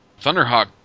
thunderhawk